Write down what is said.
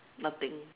nothing